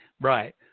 right